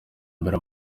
mbere